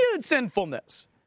sinfulness